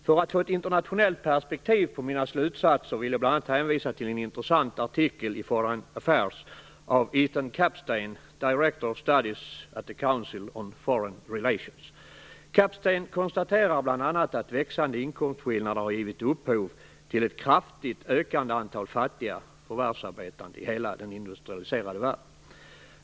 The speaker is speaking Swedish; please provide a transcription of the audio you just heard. För att få ett internationellt perspektiv på mina slutsatser vill jag bl.a. hänvisa till en intressant artikel i Foreign Affairs av Ethan Kapstein konstaterar bl.a. att växande inkomstskillnader har givit upphov till ett kraftigt ökande antal fattiga förvärvsarbetande i hela den industrialiserade världen.